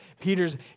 Peter's